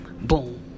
boom